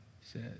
says